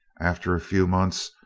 after a few months,